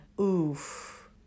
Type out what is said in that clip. oof